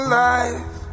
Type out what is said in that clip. life